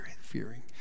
fearing